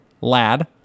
lad